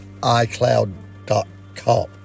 icloud.com